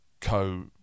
co